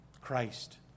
Christ